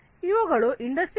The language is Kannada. ಇವುಗಳು ಇಂಡಸ್ಟ್ರಿ4